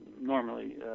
normally